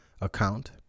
account